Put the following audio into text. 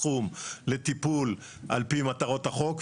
סכום לטיפול על פי מטרות החוק,